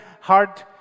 hard